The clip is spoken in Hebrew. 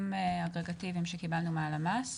מסלול אחר